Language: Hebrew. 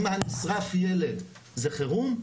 אם היה נשרף ילד זה חירום?